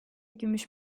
gümüş